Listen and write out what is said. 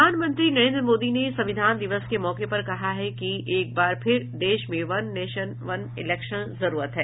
प्रधानमंत्री नरेंद्र मोदी ने संविधान दिवस के मौके पर कहा कि एक बार फिर देश में वन नेशन वन इलेक्शन जरूरत है